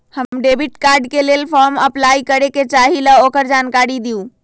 हम debit card के लेल फॉर्म अपलाई करे के चाहीं ल ओकर जानकारी दीउ?